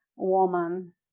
woman